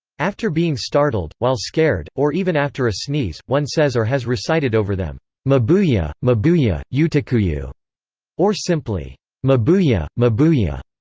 after being startled, while scared, or even after a sneeze, one says or has recited over them mabuya, mabuya, utikuyou or simply mabuya, mabuya.